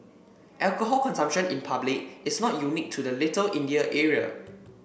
alcohol consumption in public is not unique to the Little India area